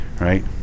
right